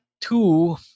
two